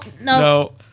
no